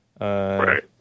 Right